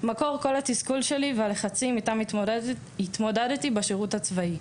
מקור כל הלחצים איתם התמודדתי בעת השירות הצבאי.